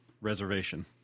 reservation